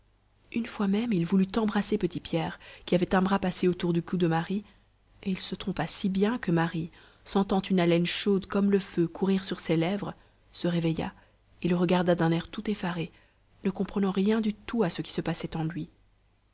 une fois même il voulut embrasser petit pierre qui avait un bras passé autour du cou de marie et il se trompa si bien que marie sentant une haleine chaude comme le feu courir sur ses lèvres se réveilla et le regarda d'un air tout effaré ne comprenant rien du tout à ce qui se passait en lui